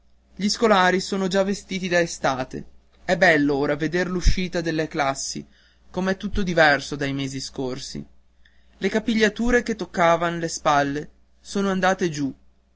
gli scolari son già vestiti da estate è bello ora veder l'uscita delle classi com'è tutto diverso dai mesi scorsi le capigliature che toccavan le spalle sono andate giù